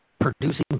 producing